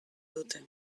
dute